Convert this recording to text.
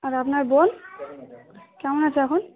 আর আপনার বোন কেমন আছে এখন